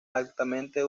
altamente